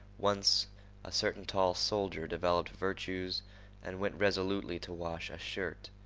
once a certain tall soldier developed virtues and went resolutely to wash a shirt.